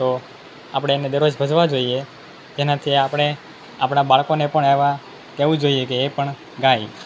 તો આપણે એને દરરોજ ભજવા જોઈએ તેનાથી આપણે આપણાં બાળકોને પણ એવા કેહવું જોઈએ કે એ પણ ગાય